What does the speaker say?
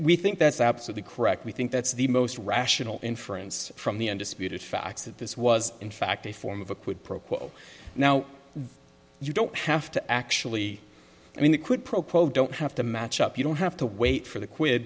we think that's absolutely correct we think that's the most rational inference from the undisputed facts that this was in fact a form of a quid pro quo now you don't have to actually i mean the quid pro quo don't have to match up you don't have to wait for the qui